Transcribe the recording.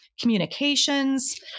communications